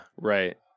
right